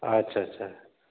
ᱟᱪᱪᱷᱟ ᱪᱷᱟ